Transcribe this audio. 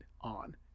on